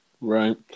Right